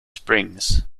springs